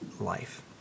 life